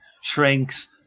shrinks